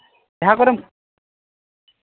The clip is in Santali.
ᱡᱟᱦᱟᱸ ᱠᱚᱨᱮᱢ